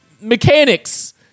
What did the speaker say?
mechanics